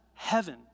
heaven